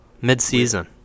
Mid-season